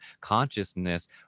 consciousness